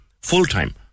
full-time